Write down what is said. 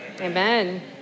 Amen